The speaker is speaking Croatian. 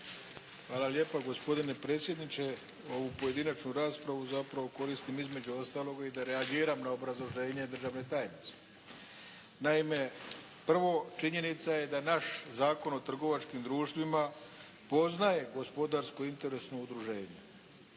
Hvala lijepa gospodine predsjedniče. Ovu pojedinačnu raspravu zapravo koristim između ostaloga i da reagiram na obrazloženje državne tajnice. Naime, prvo činjenica je da naš Zakon o trgovačkim društvima poznaje gospodarsko interesno udruženje.